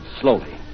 slowly